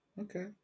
Okay